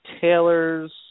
Taylor's